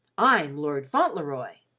i'm lord fauntleroy.